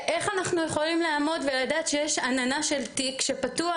איך אנחנו יכולים לעמוד ולדעת שיש עננה של תיק שפתוח?